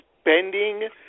spending